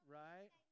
right